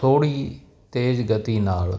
ਥੋੜ੍ਹੀ ਤੇਜ਼ ਗਤੀ ਨਾਲ